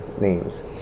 names